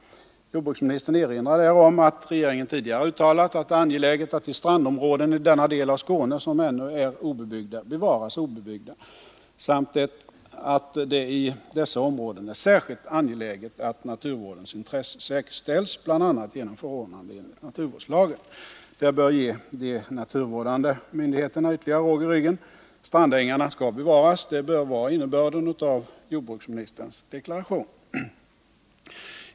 Jordbruksministern erinrar där om att regeringen tidigare uttalat ”att det är angeläget att de strandområden i bl.a. denna del av Skåne som ännu är obebyggda bevaras obebyggda” samt ”att det i dessa områden är särskilt angeläget att naturvårdens intressen säkerställs bl.a. genom förordnanden enligt naturvårdslagen”. Det bör ge de naturvårdande myndigheterna ytterligare råg i ryggen. Strandängarna skall bevaras, det bör vara innebörden av jordbruksministerns deklaration.